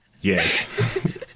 Yes